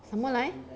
什么来